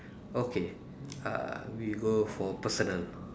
okay uh we go for personal